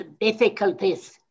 difficulties